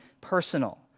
personal